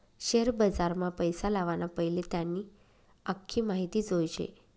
share बजारमा पैसा लावाना पैले त्यानी आख्खी माहिती जोयजे